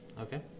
Okay